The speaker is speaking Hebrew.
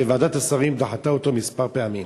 וועדת השרים דחתה אותו מספר פעמים.